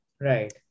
right